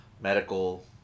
medical